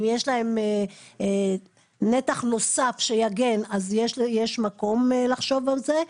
אם יש להם נתח יוסף שיגן אז יש מקום לחשוב על זה,